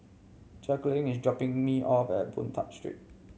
Jacqueline is dropping me off at Boon Tat Street